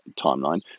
timeline